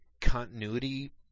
continuity